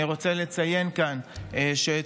אני רוצה לציין כאן שאתמול,